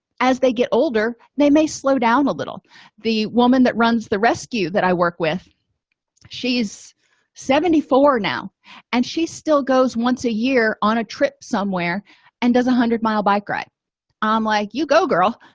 as they get older they may slow down a little the woman that runs the rescue that i work with she's seventy four now and she still goes once a year on a trip somewhere and does a one hundred mile bike ride i'm like you go girl